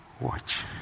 Watch